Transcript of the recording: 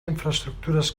infraestructures